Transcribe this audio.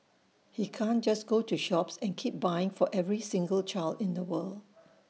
he can't just go to shops and keep buying for every single child in the world